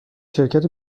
شرکت